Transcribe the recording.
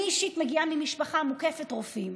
אני אישית מגיעה ממשפחה מוקפת רופאים